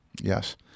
Yes